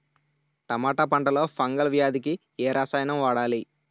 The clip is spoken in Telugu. టమాటా పంట లో ఫంగల్ వ్యాధికి ఏ రసాయనం వాడాలి?